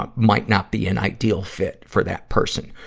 um might not be an ideal fit for that person.